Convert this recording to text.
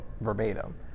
verbatim